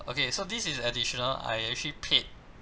okay so this is additional I actually paid